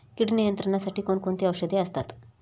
कीड नियंत्रणासाठी कोण कोणती औषधे असतात?